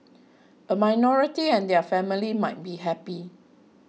a minority and their family might be happy